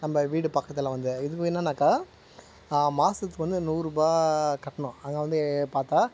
நம்ப வீடு பக்கத்தில் வந்து இது என்னெனாக்கா மாதத்துக்கு வந்து நூறுரூபா கட்டணும் அங்கே வந்து பார்த்தா